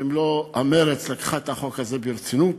במלוא המרץ, לקחה את החוק הזה ברצינות,